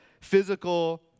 physical